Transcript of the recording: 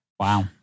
Wow